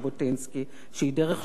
שהיא דרך שונה בתכלית,